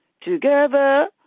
Together